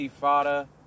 Fada